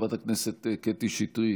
חברת הכנסת קטי שטרית,